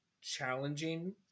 challenging